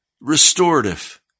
restorative